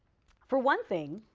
for one thing,